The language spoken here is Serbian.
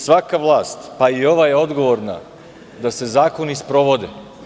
Svaka vlast, pa i ova je odgovorna da se zakoni sprovode.